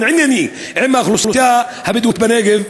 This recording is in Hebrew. ענייני עם האוכלוסייה הבדואית בנגב.